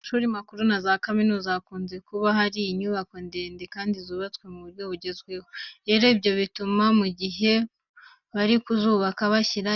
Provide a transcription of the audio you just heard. Mu mashuri makuru na za kaminuza hakunze kuba hari inyubako ndende kandi zubatswe mu buryo bugezweho. Rerobibyo bituma mu gihe bari kuzubaka bashyira